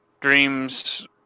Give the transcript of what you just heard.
Dreams